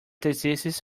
diseases